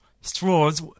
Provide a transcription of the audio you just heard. straws